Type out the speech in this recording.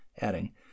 adding